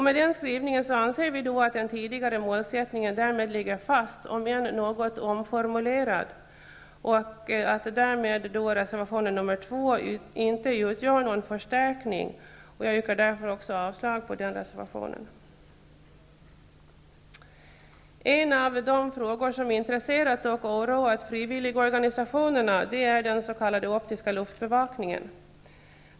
Med den skrivningen så anser vi att den tidigare målsättningen därmed ligger fast om än något omformulerad och att därmed reservation nr 2 inte utgör någon förstärkning. Jag yrkar avslag på reservation nr 2. En av de frågor som intresserat och oroat frivilligorganisationerna är den s.k. optiska luftbevakningen.